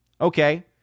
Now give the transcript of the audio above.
Okay